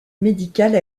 médicale